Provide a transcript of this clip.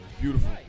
Beautiful